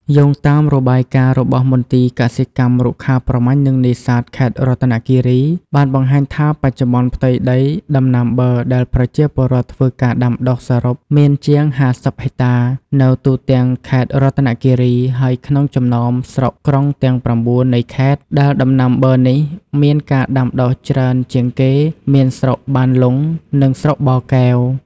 យោងតាមរបាយការណ៍របស់មន្ទីរកសិកម្ម រុក្ខាប្រមាញ់ និងនេសាទខេត្តរតនគិរី បានបង្ហាញថា បច្ចុប្បន្នផ្ទៃដីដំណាំប័រដែលប្រជាពលរដ្ឋធ្វើការដាំដុះសរុបមានជាង ៥០ហិកតា នៅទូទាំងខេត្តរតនគិរី ហើយក្នុងចំណោម ស្រុក ក្រុងទាំង៩ នៃខេត្ត ដែលដំណាំប័រនេះ មានការដាំដុះច្រើនជាងគេ មានក្រុងបានលុង និងស្រុកបរកែវ។